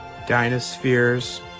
Dinospheres